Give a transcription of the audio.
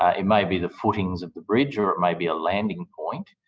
ah it may be the footings of the bridge, or it may be a landing point.